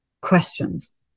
questions